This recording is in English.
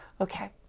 Okay